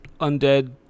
undead